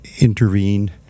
intervene